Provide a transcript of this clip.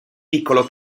piccolo